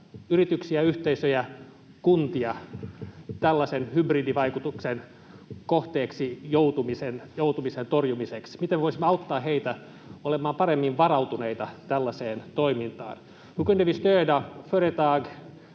yhteisöjä, kuntia tällaisen hybridivaikutuksen kohteeksi joutumisen torjumiseksi? Miten voisimme auttaa heitä olemaan paremmin varautuneita tällaiseen toimintaan?